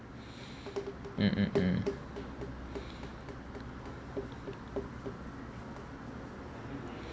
mm mm mm